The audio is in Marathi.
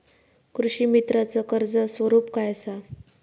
कृषीमित्राच कर्ज स्वरूप काय असा?